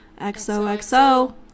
XOXO